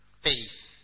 Faith